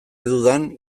dudan